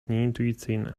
nieintuicyjne